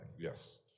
Yes